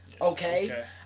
okay